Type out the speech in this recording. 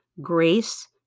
grace